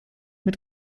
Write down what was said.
mit